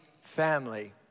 family